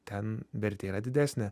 ten vertė yra didesnė